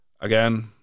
again